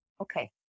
Okay